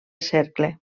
cercle